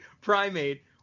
primate